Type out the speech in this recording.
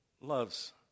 loves